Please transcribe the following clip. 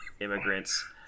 immigrants